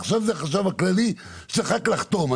עכשיו זה החשב הכללי שצריך רק לחתום.